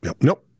Nope